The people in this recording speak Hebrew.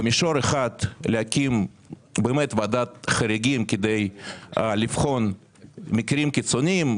במישור אחד להקים ועדת חריגים כדי לבחון מקרים קיצוניים.